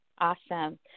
Awesome